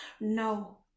No